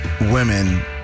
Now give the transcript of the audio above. women